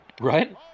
Right